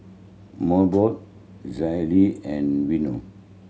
Mobot Zalia and Vono